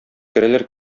керәләр